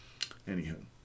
anywho